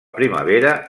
primavera